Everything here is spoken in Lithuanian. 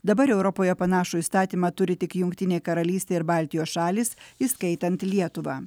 dabar europoje panašų įstatymą turi tik jungtinė karalystė ir baltijos šalys įskaitant lietuvą